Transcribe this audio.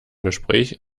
gespräch